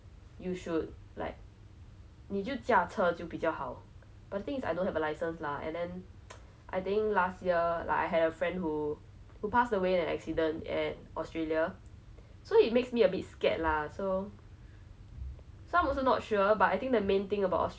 err maybe ask from people who are more like 比较熟悉那个地方 then I can ask like where to stay 去哪里吃去哪里看去哪里玩 if not another like you said australia I think right ya I think australia also very good place ah but someone said like